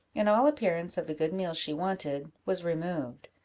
and all appearance of the good meal she wanted was removed.